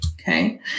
Okay